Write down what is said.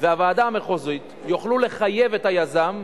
והוועדה המחוזית יוכלו לחייב את היזם,